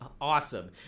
awesome